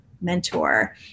mentor